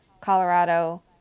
Colorado